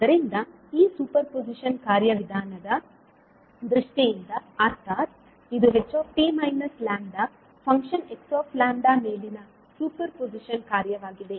ಆದ್ದರಿಂದ ಈ superposition ಕಾರ್ಯವಿಧಾನದ ದೃಷ್ಟಿಯಿಂದ ಅರ್ಥಾತ್ ಇದು ht λ ಫಂಕ್ಷನ್ 𝑥𝜆 ಮೇಲಿನ ಸೂಪರ್ ಪೊಸಿಷನ್ ಕಾರ್ಯವಾಗಿದೆ